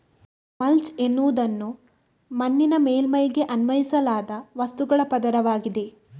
mulch ಎನ್ನುವುದು ಮಣ್ಣಿನ ಮೇಲ್ಮೈಗೆ ಅನ್ವಯಿಸಲಾದ ವಸ್ತುಗಳ ಪದರವಾಗಿದೆ